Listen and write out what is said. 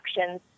actions